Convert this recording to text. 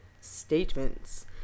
statements